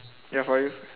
ya for you